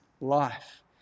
life